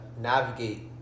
navigate